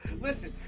listen